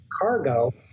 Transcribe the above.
cargo